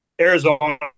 Arizona